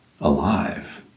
alive